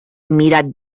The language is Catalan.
mirat